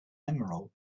emerald